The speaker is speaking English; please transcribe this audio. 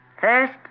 First